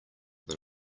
than